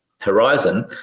horizon